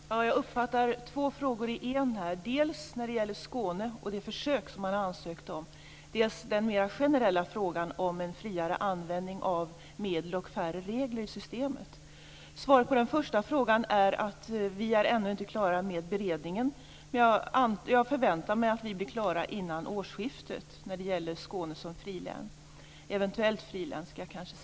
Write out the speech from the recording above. Fru talman! Jag uppfattar två frågor i en, dels Skåne och det försök man har ansökt om, dels den mera generella frågan om en friare användning av medel och färre regler i systemet. Svaret på den första frågan är att vi ännu inte är klara med beredningen. Men jag förväntar mig att vi blir klara med frågan om Skåne som eventuellt frilän före årsskiftet.